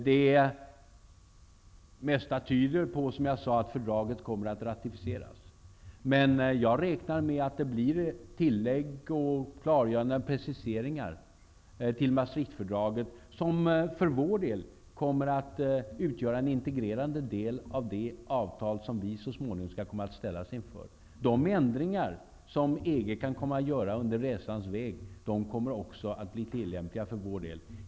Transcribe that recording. Det mesta tyder på att Maastrichtfördraget kommer att ratificeras, men jag räknar med att det blir tillägg, klargöranden och preciseringar till fördraget, som för vår del kommer att utgöra en integrerande del av det avtal som vi så småningom kommer att ställas inför. De ändringar som EG kan komma att göra under resans väg blir också tillämpliga för vår del.